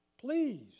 Please